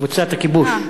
קבוצת הכיבוש.